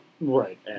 Right